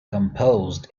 composed